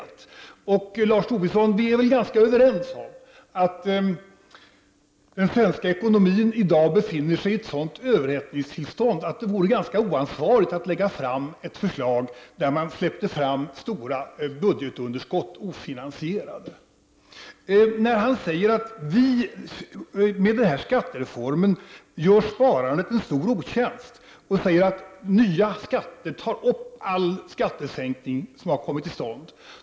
Vi är väl, Lars Tobisson, ganska överens om att den svenska ekonomin i dag befinner sig i ett sådant överhettningstillstånd att det vore rätt så oansvarigt att lägga fram ett förslag som innebär att stora budgetunderskott släpps fram ofinansierade. Lars Tobisson säger att vi med den här skattereformen gör sparandet en stor otjänst. Lars Tobisson menar att nya skatter så att säga äter upp de skattesänkningar som har kommit till stånd.